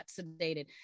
sedated